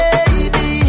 Baby